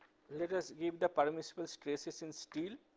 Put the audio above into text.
let us give the premissible stresses in steel.